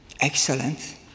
excellent